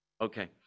Okay